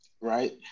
right